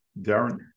Darren